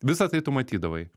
visa tai tu matydavai